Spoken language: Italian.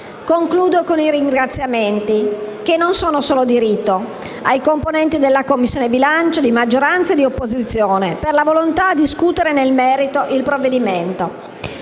Concludo con i ringraziamenti, che non sono solo di rito, ai componenti della Commissione bilancio, di maggioranza e di opposizione, per la volontà a discutere nel merito il provvedimento.